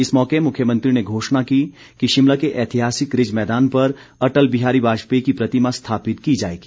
इस मौके मुख्यमंत्री ने घोषणा की कि शिमला के ऐतिहासिक रिज मैदान पर अटल बिहारी वाजपेयी की प्रतिमा स्थापित की जाएगी